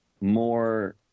more